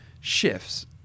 shifts